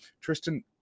Tristan